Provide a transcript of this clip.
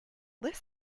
this